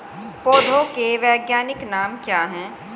पौधों के वैज्ञानिक नाम क्या हैं?